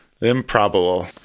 Improbable